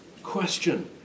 Question